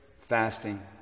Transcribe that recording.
fasting